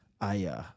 Aya